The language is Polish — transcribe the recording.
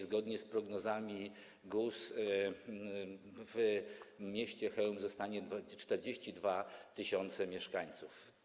Zgodnie z prognozami GUS w mieście Chełmie zostanie 42 tys. mieszkańców.